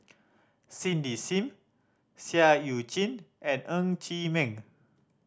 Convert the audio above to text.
Cindy Sim Seah Eu Chin and Ng Chee Meng